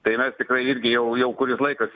tai mes tikrai irgi jau jau kuris laikas